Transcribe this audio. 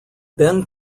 ben